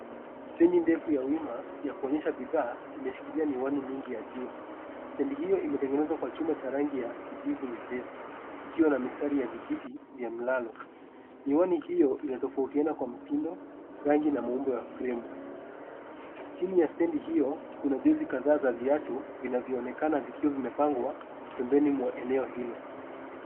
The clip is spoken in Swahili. Stendi ndefu ya wima ya kuonyesha bidhaa imeshikilia miwani mingi ya jua. Stendi hiyo imetengenezwa kwa chuma cha rangi ya kijivu nyepesi ikiwa na mistari ya vijiti vya mlalo. Miwani hiyo inatofautiana kwa mtindo, rangi na muumbo ya fremu. Chini ya stendi hiyo, kuna jozi kadhaa za viatu vinavyoonekana vikiwa vimepangwa pembeni mwa eneo hilo.